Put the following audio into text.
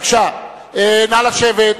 בבקשה, נא לשבת.